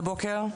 בוקר טוב.